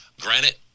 granite